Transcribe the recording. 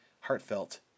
heartfelt